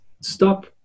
Stop